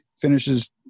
finishes